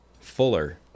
fuller